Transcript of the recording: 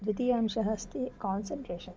द्वितीयंशः अस्ति कान्सन्ट्रेशन्